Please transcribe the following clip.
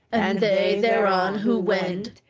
and they thereon who wend,